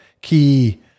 key